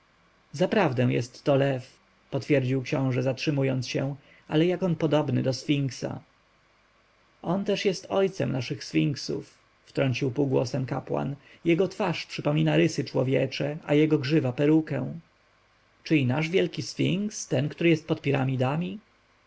zaprawdę jest to lew potwierdził książę zatrzymując się ale jak on podobny do sfinksa on też jest ojcem naszych sfinksów wtrącił półgłosem kapłan jego twarz przypomina rysy człowiecze a jego grzywa perukę czy i nasz wielki sfinks ten który pod piramidami